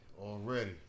already